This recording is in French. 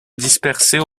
dispersées